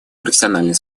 профессиональный